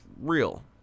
real